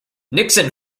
nixon